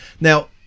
now